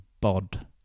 bod